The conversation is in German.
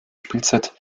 spielzeit